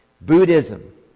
Buddhism